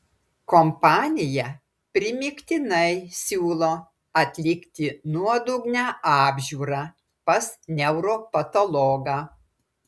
kompanija primygtinai siūlo atlikti nuodugnią apžiūrą pas neuropatologą